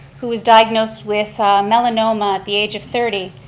who was diagnosed with melanoma at the age of thirty,